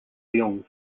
leung